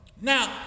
Now